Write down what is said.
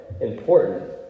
important